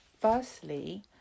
Firstly